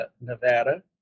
Nevada